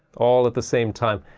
all at the same time.